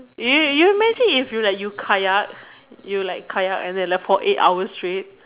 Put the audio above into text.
you you imagine if you like you kayak you like kayak and then for eight hour straight